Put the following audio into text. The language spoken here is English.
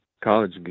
college